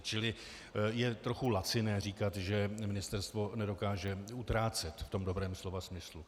Čili je trochu laciné říkat, že ministerstvo nedokáže utrácet v tom dobrém slova smyslu.